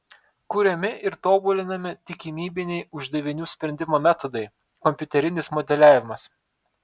kuriami ir tobulinami tikimybiniai uždavinių sprendimo metodai kompiuterinis modeliavimas